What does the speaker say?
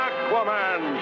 Aquaman